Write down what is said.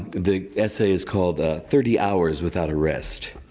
the essay is called thirty hours without a rest.